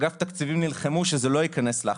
אגף תקציבים נלחמו שזה לא ייכנס להחלטה.